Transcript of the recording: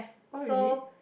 oh really